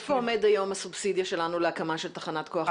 איפה עומדת היום הסובסידיה שלנו להקמה של תחנת כוח כזאת?